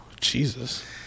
Jesus